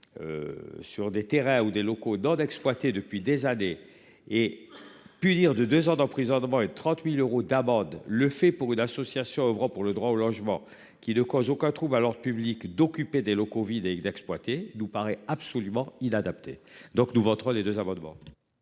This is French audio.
Sur des terrains ou des locaux dans d'exploiter depuis des années et puis dire, de 2 ans d'emprisonnement et 30.000 euros d'amende le fait pour une association oeuvrant pour le droit au logement qui ne cause aucun trouble alors public d'occuper des locaux vides et exploiter nous paraît absolument inadaptés donc nous votre les 2 amendements.